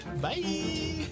Bye